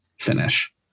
finish